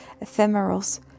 ephemerals